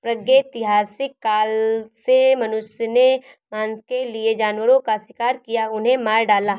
प्रागैतिहासिक काल से मनुष्य ने मांस के लिए जानवरों का शिकार किया, उन्हें मार डाला